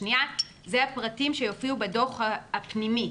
שנייה (סעיף 6ב(ב)) אלה הפרטים שיופיעו בדוח הפנימי.